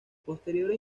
posteriores